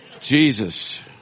Jesus